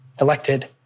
elected